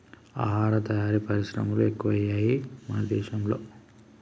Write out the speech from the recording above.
ఆహార తయారీ పరిశ్రమలు ఎక్కువయ్యాయి మన దేశం లో